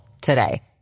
today